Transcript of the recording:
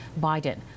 Biden